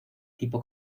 tipo